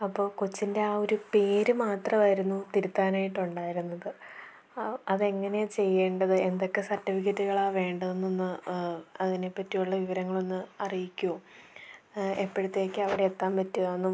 അപ്പോൾ കൊച്ചിൻ്റെ ആ ഒരു പേര് മാത്രമായിരുന്നു തിരുത്താനായിട്ടുണ്ടായിരുന്നത് ആ അതെങ്ങനെയാണ് ചെയ്യേണ്ടത് എന്തൊക്കെ സർട്ടിഫിക്കറ്റുകളാണ് വേണ്ടതെന്നെന്ന് അതിനെ പറ്റിയുള്ള വിവരങ്ങളൊന്ന് അറിയിക്കുമോ എപ്പോഴത്തേക്കാണ് അവിടെ എത്താൻ പറ്റുകയെന്നും